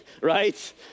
Right